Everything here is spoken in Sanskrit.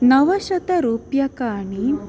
नवशतरूप्यकाणि